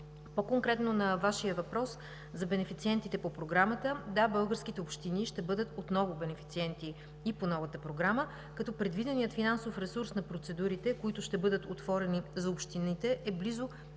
По-конкретно на Вашия въпрос за бенефициентите по Програмата. Да, българските общини ще бъдат отново бенефициенти и по новата програма, като предвиденият финансов ресурс на процедурите, които ще бъдат отворени за общините, е близо